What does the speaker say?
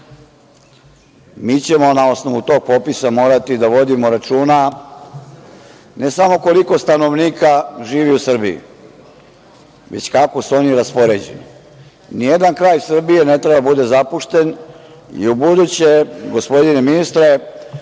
Mi ćemo na osnovu tog popisa morati da vodimo računa, ne samo koliko stanovnika živi u Srbiji, već kako su oni raspoređeni. Ni jedan kraj Srbije ne treba da bude zapušten i ubuduće, gospodine ministre,